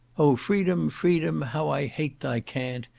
oh! freedom, freedom, how i hate thy cant!